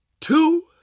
Two